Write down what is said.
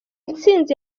ntsinzi